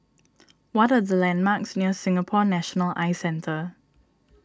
what are the landmarks near Singapore National Eye Centre